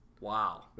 Wow